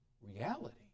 reality